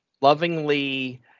lovingly